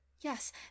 yes